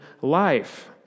life